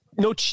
no